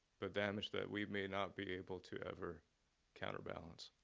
but damage that we may not be able to ever counterbalance.